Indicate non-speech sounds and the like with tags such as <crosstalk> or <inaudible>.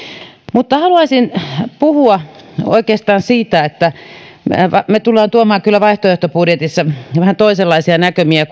mutta haluaisin puhua oikeastaan siitä että kun puhuttiin kokonaisuuksista niin me tulemme tuomaan vaihtoehtobudjetissa vähän toisenlaisia näkymiä <unintelligible>